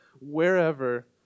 wherever